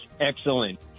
Excellent